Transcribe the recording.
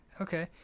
okay